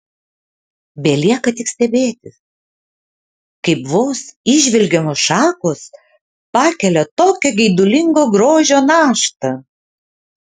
belieka tik stebėtis kaip vos įžvelgiamos šakos pakelia tokią geidulingo grožio naštą